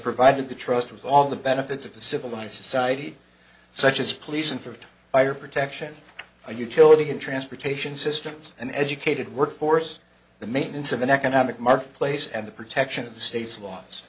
provided the trust with all the benefits of a civilized society such as policing for fire protection and utility in transportation systems and educated workforce the maintenance of an economic marketplace and the protection of the state's laws